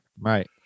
right